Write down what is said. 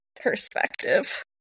perspective